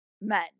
men